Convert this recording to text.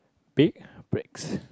big breaks